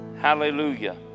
Hallelujah